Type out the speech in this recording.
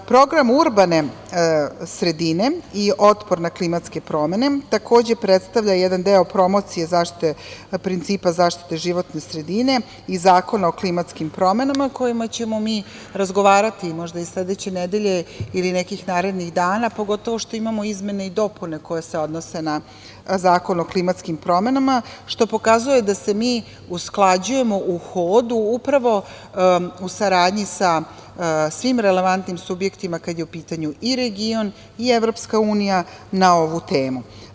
Program urbane sredine i otpor na klimatske promene, takođe, predstavlja jedan deo promocije principa zaštite životne sredine i Zakona o klimatskim promenama o kojima ćemo mi razgovarati, možda i sledeće nedelje, ili nekih narednih dana, pogotovo što imamo izmene i dopune koje se odnose na Zakon o klimatskim promenama, što pokazuje da se mi usklađujemo u hodu upravo, u saradnji sa svim relevantnim subjektima kada je u pitanju i region i EU, na ovu temu.